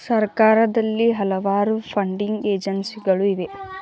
ಸರ್ಕಾರದಲ್ಲಿ ಹಲವಾರು ಫಂಡಿಂಗ್ ಏಜೆನ್ಸಿಗಳು ಇವೆ